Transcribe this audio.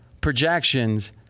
projections